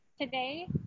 today